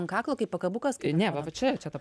ant kaklo kaip pakabukas ne va va čia čia ta